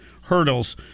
hurdles